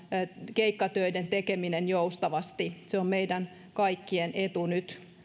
keikkatöiden tekeminen joustavasti se on meidän kaikkien etu nyt